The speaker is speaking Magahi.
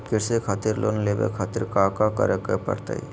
कृषि खातिर लोन लेवे खातिर काका करे की परतई?